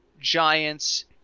Giants